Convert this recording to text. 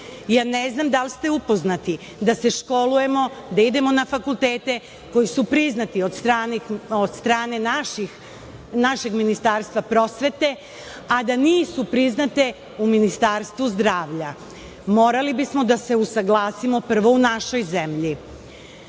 Ne znam da li ste upoznati da se školujemo, da idemo na fakultete koji su priznati od strane našeg Ministarstva prosvete, a da nisu priznati u Ministarstvu zdravlja. Morali bismo da se usaglasimo prvo u našoj zemlji. Ono